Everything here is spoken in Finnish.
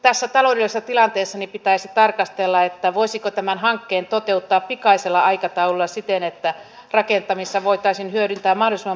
olen iloinen siitä että ministeriö ja hallitus ovat kuulleet nimenomaan opposition toiveita ja vaatimuksia rahoituksen lisäämisestä nuorisotyöttömyyden hoitoon